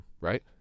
right